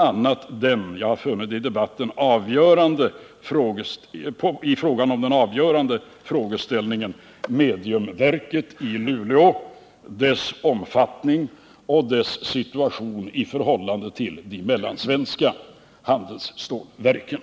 .a — jag har funnit det i debatten — den avgörande frågeställningen om mediumvalsverket i Luleå, dess omfattning och dess situation i förhållande till de mellansvenska handelsstålverken.